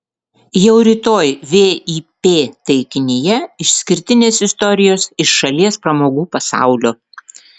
jau rytoj vip taikinyje išskirtinės istorijos iš šalies pramogų pasaulio